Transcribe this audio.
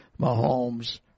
Mahomes